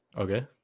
Okay